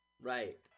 Right